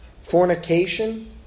fornication